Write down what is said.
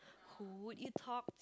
who would you talk